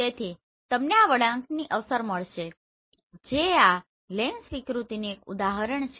તેથી તમને આ વળાંકની અસર મળશે જે આ લેન્સ વિકૃતિનું એક ઉદાહરણ છે